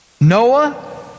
Noah